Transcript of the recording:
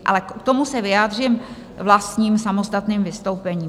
Ale k tomu se vyjádřím vlastním samostatným vystoupením.